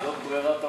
זאת ברירת המחדל.